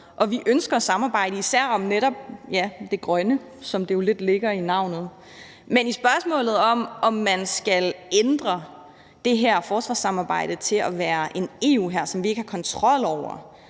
vi ønsker at samarbejde især om netop det grønne, hvilket jo lidt ligger i navnet. Men i spørgsmålet om, om man skal ændre det her forsvarssamarbejde til at være en EU-hær, som vi ikke har kontrol over